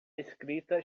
escrita